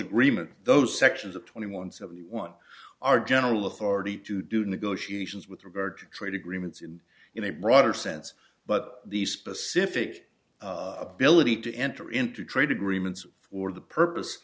agreements those sections of twenty one seventy one are general authority to do negotiations with regard to trade agreements in in a broader sense but the specific ability to enter into trade agreements for the purpose